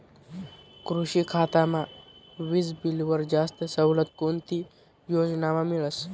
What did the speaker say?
कृषी खातामा वीजबीलवर जास्त सवलत कोणती योजनामा मिळस?